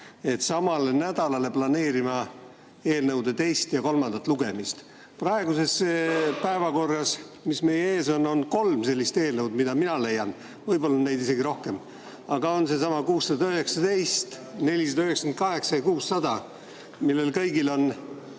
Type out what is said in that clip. et samale nädalale planeerime eelnõude teise ja kolmanda lugemise. Praeguses päevakorras, mis meie ees on, on kolm sellist eelnõu, mille mina leidsin, võib-olla on neid isegi rohkem. Need on seesama 619, 498 ja 600, neil kõigil on